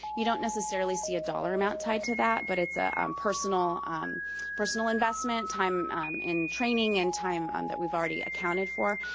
you don't necessarily see a dollar amount tied to that, but it's a personal um personal investment in training and time um that we've already accounted for,